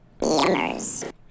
Yummers